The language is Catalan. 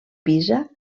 pisa